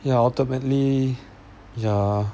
ya ultimately ya